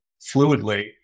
fluidly